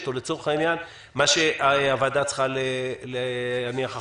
או לצורך העניין מה שהוועדה צריכה להניח אחריה.